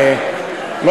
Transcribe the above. השתכנעה.